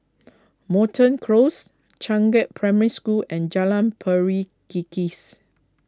Moreton Close Changkat Primary School and Jalan Pari Kikis